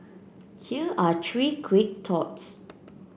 here are three quick thoughts